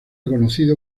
conocido